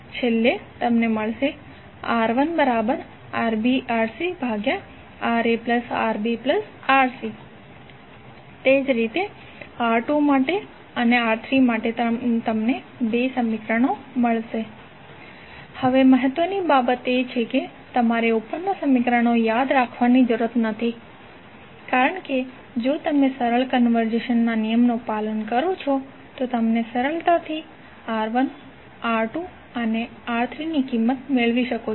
છેલ્લે તમને મળશે R1RbRcRaRbRc તે જ રીતે R2RcRaRaRbRc R3RaRbRaRbRc હવે મહત્વની વાત એ છે કે તમારે ઉપરના સમીકરણો યાદ રાખવાની જરૂર નથી કારણ કે જો તમે સરળ કન્વર્ઝેશનના નિયમનું પાલન કરો છો તો તમે સરળતાથી R1 R2 અને R3 ની કિંમત મેળવી શકો છો